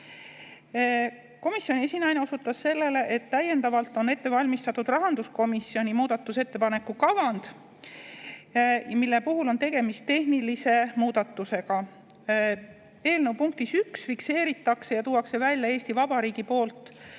Komisjoni esinaine osutas sellele, et täiendavalt on ette valmistatud rahanduskomisjoni muudatusettepaneku kavand, mille puhul on tegemist tehnilise muudatusega. Eelnõu punktis 1 fikseeritakse ja tuuakse välja Eesti Vabariigi poolt